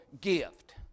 gift